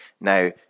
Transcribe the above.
Now